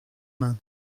main